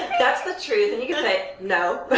that's the truth, and you can say, no.